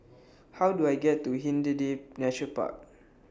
How Do I get to Hindhede Nature Park